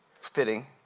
Fitting